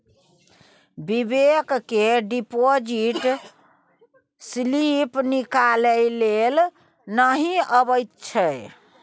बिबेक केँ deposit slip निकालै लेल नहि अबैत छै